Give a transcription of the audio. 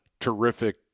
terrific